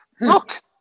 Look